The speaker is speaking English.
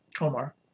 Omar